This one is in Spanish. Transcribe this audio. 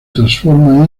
transforma